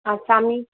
আচ্ছা আমি